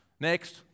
Next